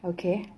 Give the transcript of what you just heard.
okay